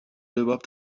überhaupt